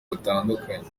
batandukanye